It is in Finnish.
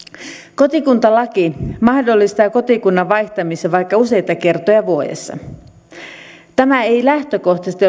kotikuntalaki mahdollistaa kotikunnan vaihtamisen vaikka useita kertoja vuodessa tämä ei lähtökohtaisesti